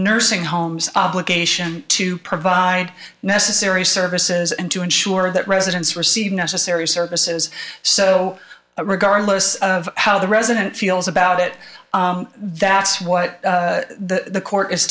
nursing homes obligation to provide necessary services and to ensure that residents receive necessary services so regardless of how the resident feels about it that's what the court is